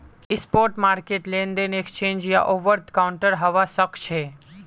spot market लेनदेन exchange या over the counter हवा सक्छे